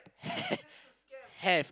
have